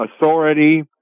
authority